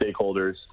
stakeholders